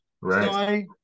right